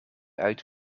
uit